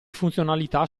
funzionalità